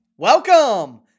Welcome